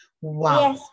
Wow